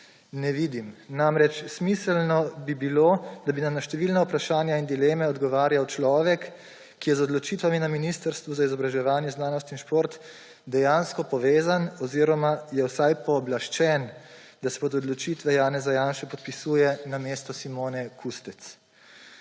ne vidim. Namreč, smiselno bi bilo, da bi nam na številna vprašanja in dileme odgovarjal človek, ki je z odločitvami na ministrstvu za izobraževanje, znanost in šport dejansko povezan oziroma je vsaj pooblaščen, da se pod odločitve Janeza Janše podpisuje namesto Simone Kustec.